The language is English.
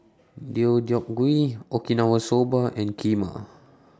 Deodeok Gui Okinawa Soba and Kheema